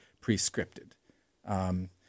pre-scripted